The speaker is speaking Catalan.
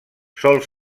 sol